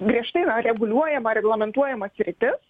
griežtai reguliuojama reglamentuojama sritis